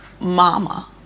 Mama